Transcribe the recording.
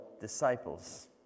disciples